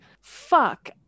fuck